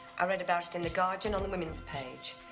i read about it in the guardian on the women's page.